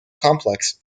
complex